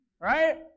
Right